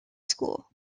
school